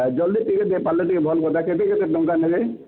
ଜଲ୍ଦି ଟିକେ ଦେଇପାର୍ଲେ ଟିକେ ଭଲ୍ କଥା କେତେ କେତେ ଟଙ୍କା ନେବେ